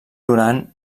duran